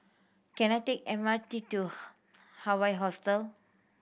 can I take M R T to Hawaii Hostel